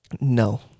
No